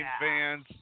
fans